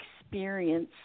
experience